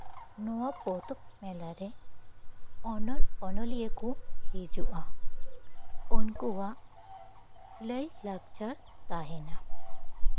ᱱᱚᱣᱟ ᱯᱚᱛᱚᱵ ᱢᱮᱞᱟᱨᱮ ᱚᱱᱚᱞ ᱚᱱᱚᱞᱤᱭᱟᱹ ᱠᱚ ᱦᱤᱡᱩᱜᱼᱟ ᱩᱱᱠᱩᱣᱟᱜ ᱞᱟᱹᱭ ᱞᱟᱠᱪᱟᱨ ᱛᱟᱦᱮᱱᱟ